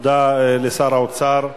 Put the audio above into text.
תודה לשר האוצר.